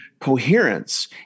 coherence